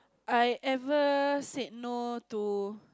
I ever said no to